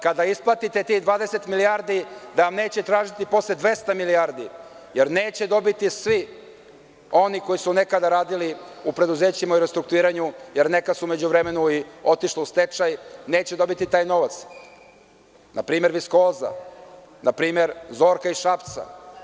Kada isplatite tih 20 milijardi, da vam neće tražiti posle 200 milijardi, jer neće dobiti svi oni koji su nekada radili u preduzećima u restrukturiranju, jer neka su u međuvremenu otišla u stečaj, neće dobiti taj novac, npr. „Viskoza“, npr. „Zorka“ iz Šapca.